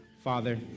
father